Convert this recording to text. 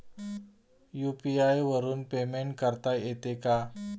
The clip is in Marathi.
यु.पी.आय वरून पेमेंट करता येते का?